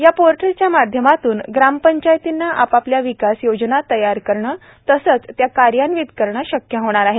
या पोर्टलच्या माध्यमातून ग्रामपंचायतींना आपापल्या विकास योजना तयार करणं तसंच त्या कार्यान्वीत करणं शक्य होणार आहे